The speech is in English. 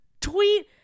tweet